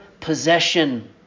possession